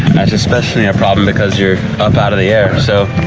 that's especially a problem because you're up out of the air. so